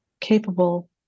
capable